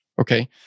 Okay